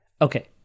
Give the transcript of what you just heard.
Okay